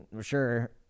Sure